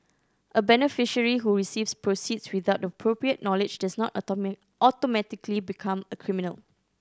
a beneficiary who receives proceeds without the appropriate knowledge does not automatically become a criminal